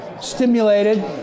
stimulated